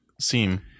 seem